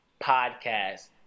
Podcast